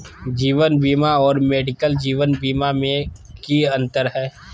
जीवन बीमा और मेडिकल जीवन बीमा में की अंतर है?